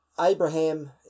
Abraham